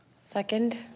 Second